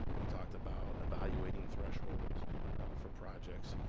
we talked about evaluating thresholds for projects.